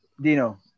Dino